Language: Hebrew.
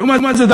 לעומת זאת,